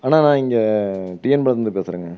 அண்ணா நான் இங்கே டிஎன் பாளைத்துலருந்து பேசுகிறேங்க